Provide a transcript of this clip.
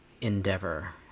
endeavor